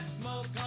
smoke